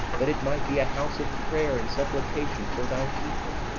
that it might be a house of prayer and supplication for thy people.